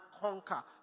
conquer